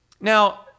now